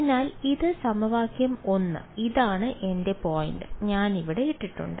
അതിനാൽ ഇത് സമവാക്യം 1 ഇതാണ് എന്റെ പോയിന്റ് ഞാൻ ഇവിടെ ഇട്ടിട്ടുണ്ട്